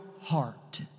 heart